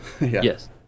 Yes